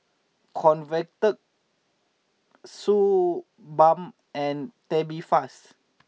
Convatec Suu Balm and Tubifast